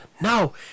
No